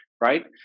Right